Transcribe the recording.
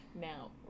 now